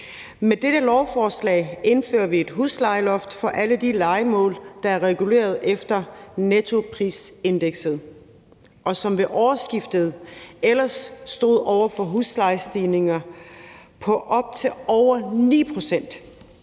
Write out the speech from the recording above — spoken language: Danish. Med dette lovforslag indfører vi et huslejeloft for alle de lejemål, der er reguleret efter nettoprisindekset, og som ved årsskiftet ellers stod over for huslejestigninger på op til over 9 pct.